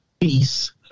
peace